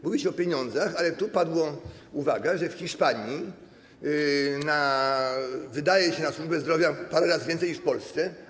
mówi się o pieniądzach, ale tu padła uwaga, że w Hiszpanii wydaje się na służbę zdrowia parę razy więcej niż w Polsce.